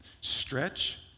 Stretch